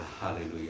hallelujah